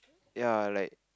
ya like